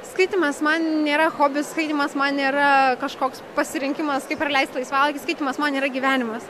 skaitymas man nėra hobis skaitymas man nėra kažkoks pasirinkimas kaip praleisti laisvalaikį skaitymas man yra gyvenimas